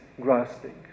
grasping